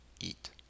eat